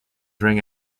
ring